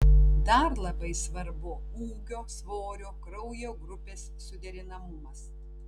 dar labai svarbu ūgio svorio kraujo grupės suderinamumas